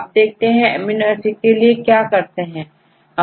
अब देखते हैं एमिनो एसिड के लिए क्या करते हैं